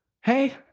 Hey